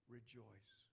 rejoice